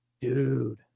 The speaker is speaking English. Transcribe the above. Dude